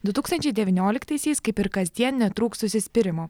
du tūkstančiai devynioliktaisiais kaip ir kasdien netrūks užsispyrimo